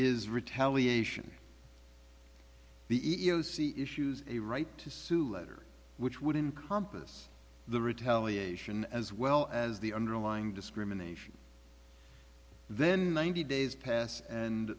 is retaliation the e e o c issues a right to sue letter which would encompass the retaliation as well as the underlying discrimination then one hundred days pass and